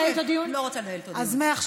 אורלי, את רוצה לדבר בכבוד, אני אתייחס